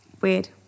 Weird